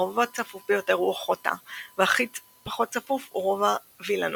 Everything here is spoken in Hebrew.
הרובע הצפוף ביותר הוא אוחוטה והכי פחות צפוף הוא רובע וילנוב.